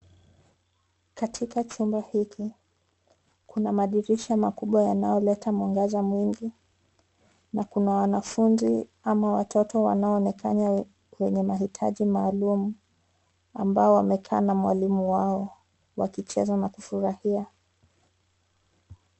Katika chumba hiki kuna madirisha matatu yanayoleta mwangaza mwingi na kuna wanafunzi ama watoto wanaoonekana wenye mahitaji maalum ambao wamekaa na mwalimu wao wakicheza na kufurahia.